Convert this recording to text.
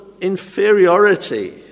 inferiority